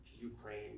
Ukraine